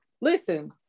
Listen